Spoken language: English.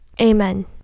amen